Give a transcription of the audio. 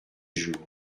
jours